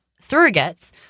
surrogates